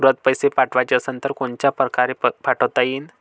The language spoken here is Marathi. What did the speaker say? तुरंत पैसे पाठवाचे असन तर कोनच्या परकारे पाठोता येईन?